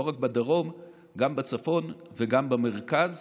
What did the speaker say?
לא רק בדרום, גם בצפון וגם במרכז.